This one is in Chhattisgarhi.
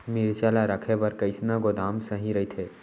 मिरचा ला रखे बर कईसना गोदाम सही रइथे?